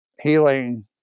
healing